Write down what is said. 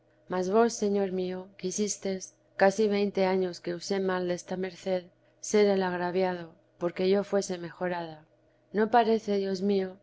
mas vos señor mío quisistes casi veinte años que usé mal desta merced ser el agraviado porque yo fuese mejorada no parece dios mío